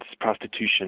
prostitution